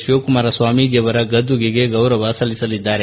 ಶಿವಕುಮಾರ ಸ್ವಾಮೀಜಿ ಅವರ ಗದ್ದುಗೆಗೆ ಗೌರವ ಸಲ್ಡಿಸಲಿದ್ದಾರೆ